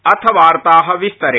अथ वार्ता विस्तरेण